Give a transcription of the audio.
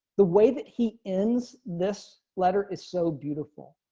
the way that he ends this letter is so beautiful.